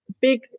big